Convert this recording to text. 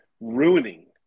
ruining